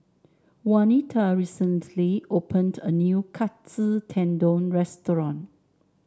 Jaunita recently opened a new Katsu Tendon Restaurant